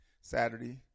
Saturday